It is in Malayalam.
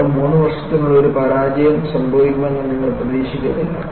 വെറും 3 വർഷത്തിനുള്ളിൽ ഒരു പരാജയം സംഭവിക്കുമെന്ന് നിങ്ങൾ പ്രതീക്ഷിക്കുന്നില്ല